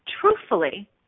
truthfully